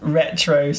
retro